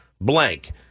blank